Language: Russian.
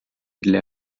для